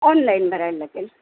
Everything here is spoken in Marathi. ऑनलाईन भरायला लागेल